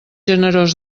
generós